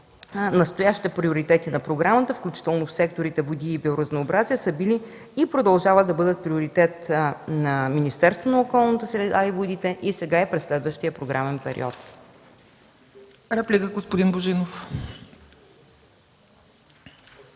Настоящите приоритети на програмата, включително секторите „Води” и „Биоразнообразие”, са били и продължават да бъдат приоритет на Министерството на околната среда и водите и сега, и през следващия програмен период. ПРЕДСЕДАТЕЛ ЦЕЦКА